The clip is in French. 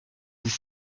dix